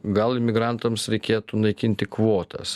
gal imigrantams reikėtų naikinti kvotas